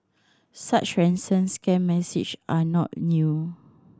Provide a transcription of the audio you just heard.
such ransom scam message are not new